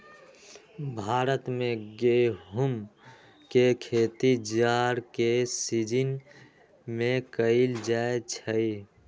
भारत में गेहूम के खेती जाड़ के सिजिन में कएल जाइ छइ